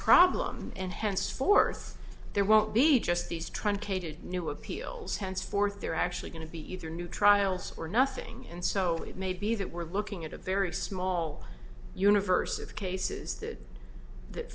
problem and henceforth there won't be just these truncated new appeals henceforth they're actually going to be either new trials or nothing and so it may be that we're looking at a very small universe of cases that that